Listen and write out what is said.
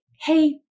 hey